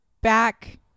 back